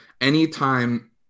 anytime